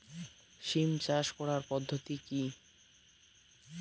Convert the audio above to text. সিম চাষ করার পদ্ধতি কী?